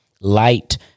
light